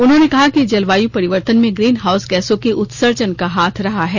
उन्होंने कहा कि जलवायु परिवर्तन में ग्रीन हाउस गैसों के उत्सर्जन का हाथ रहा है